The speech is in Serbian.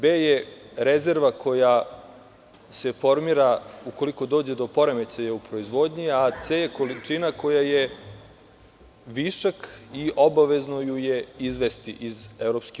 B“ je rezerva koja se formira ukoliko dođe do poremećaja u proizvodnji, a „C“ je količina koja je višak i obavezno ju je izvesti iz EU.